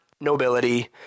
nobility